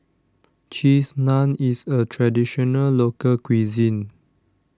Cheese Naan is a Traditional Local Cuisine